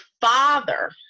father